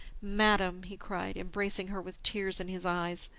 madam, he cried, embracing her with tears in his eyes,